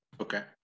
Okay